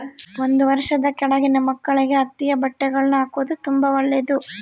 ಒಂದು ವರ್ಷದ ಕೆಳಗಿನ ಮಕ್ಕಳಿಗೆ ಹತ್ತಿಯ ಬಟ್ಟೆಗಳ್ನ ಹಾಕೊದು ತುಂಬಾ ಒಳ್ಳೆದು